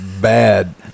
bad